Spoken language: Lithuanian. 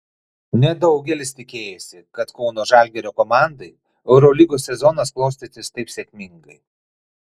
nedaugelis tikėjosi kad kauno žalgirio komandai eurolygos sezonas klostysis taip sėkmingai